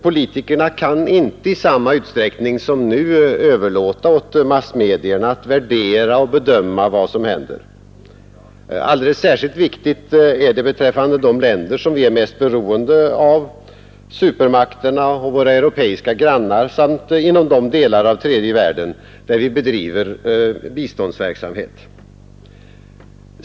Politikerna kan inte i samma utsträckning som nu överlåta åt massmedierna att värdera och bedöma vad som händer. Alldeles särskilt viktigt är det beträffande de länder som vi är mest beroende av — supermakterna och våra europeiska grannar — samt beträffande de delar av den tredje världen där vi bedriver biståndsverksamhet.